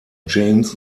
james